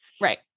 right